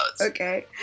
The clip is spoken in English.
Okay